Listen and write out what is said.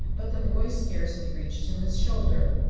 but the boy scarcely reached to his shoulder.